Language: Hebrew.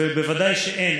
ובוודאי שאין.